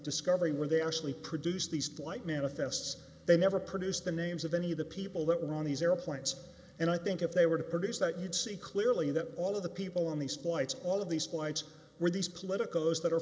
discovery where they actually produced these flight manifests they never produced the names of any of the people that were on these airplanes and i think if they were to produce that you'd see clearly that all of the people on these flights all of these flights were these political those that are